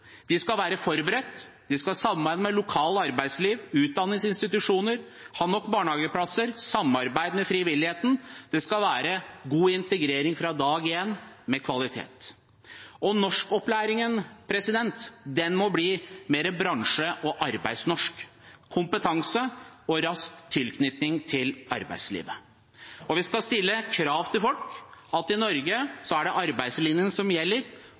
De skal være forberedt. De skal samarbeide med lokalt arbeidsliv og utdanningsinstitusjoner, ha nok barnehageplasser og samarbeide med frivilligheten. Det skal være god integrering fra dag én – og med kvalitet. Norskopplæringen må bli mer bransje- og arbeidsnorsk – kompetanse og rask tilknytning til arbeidslivet. Vi skal stille krav til folk, vise at i Norge er det arbeidslinjen som gjelder,